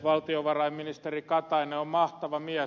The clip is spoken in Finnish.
valtiovarainministeri katainen on mahtava mies